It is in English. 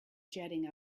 jetting